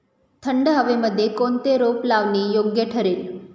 थंड हवेमध्ये कोणते रोप लावणे योग्य ठरेल?